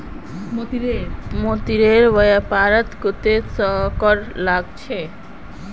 मोतीर व्यापारत कत्ते कर लाग छ